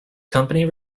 company